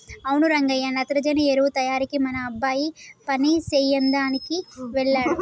అవును రంగయ్య నత్రజని ఎరువు తయారీకి మన అబ్బాయి పని సెయ్యదనికి వెళ్ళాడు